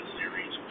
series